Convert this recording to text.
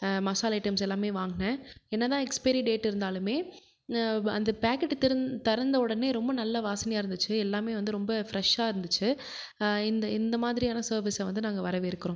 மசால் items எல்லாமே வாங்கினே என்ன தான் எக்ஸ்பிரி டேட் இருந்தாலுமே அந்த பாக்கெட்டு திறந் திறந்த உடனே நல்ல வாசனையாக இருந்துச்சு எல்லாமே வந்து ரொம்ப ஃபிரெஷாக இருந்திச்சு இந்த இந்த மாதிரியான சர்வீஸை வந்து நாங்கள் வரவேற்க்கிறோம்